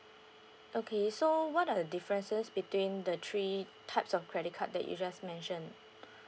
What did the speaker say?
okay so what are the differences between the three types of credit card that you just mentioned